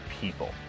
people